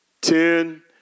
Ten